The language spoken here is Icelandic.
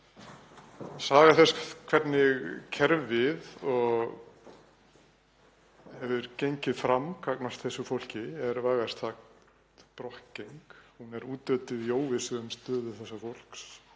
Saga þess hvernig kerfið hefur gengið fram gagnvart þessu fólki er vægast sagt brokkgeng. Hún er útötuð í óvissu um stöðu þessa fólks